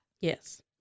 Yes